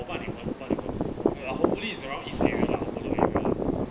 我帮你问我帮你问 hopefully it's around east area lah or punggol area